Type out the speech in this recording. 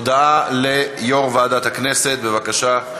הודעה ליושב-ראש ועדת הכנסת, בבקשה.